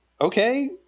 Okay